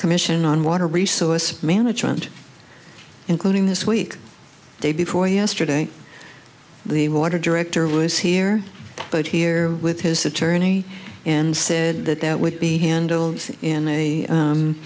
commission on water resource management including this week day before yesterday the water director was here but here with his attorney and said that that would be handled in a